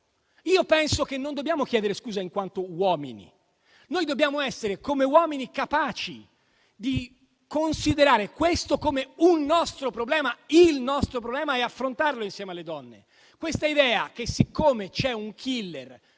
Io penso che non dobbiamo chiedere scusa in quanto uomini, ma che dobbiamo essere, come uomini, capaci di considerare questo come un nostro problema, e il nostro problema è affrontarlo insieme alle donne. Questa idea che siccome c'è un *killer*,